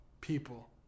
people